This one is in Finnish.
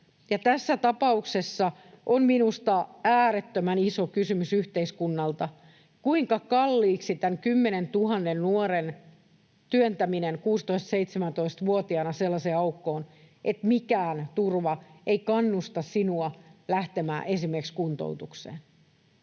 Tässä tapauksessa on minusta äärettömän iso kysymys yhteiskunnalle, kuinka kalliiksi käy tämä 10 000 nuoren työntäminen 16—17-vuotiaana sellaiseen aukkoon, että mikään turva ei kannusta sinua lähtemään esimerkiksi kuntoutukseen.